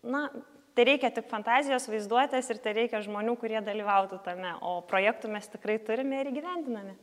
na tai reikia tik fantazijos vaizduotės ir tereikia žmonių kurie dalyvautų tame o projektų mes tikrai turime ir įgyvendiname